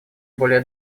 более